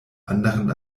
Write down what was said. anderen